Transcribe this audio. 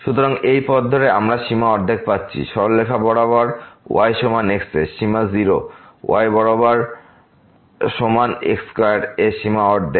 সুতরাং এই পথ ধরে আমরা সীমা অর্ধেক পাচ্ছি সরলরেখা বরাবর y সমান x এর সীমা 0 y বরাবর সমান x স্কয়ার এর সীমা অর্ধেক